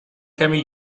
کمی